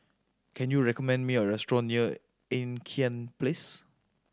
can you recommend me a restaurant near Ean Kiam Place